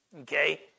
Okay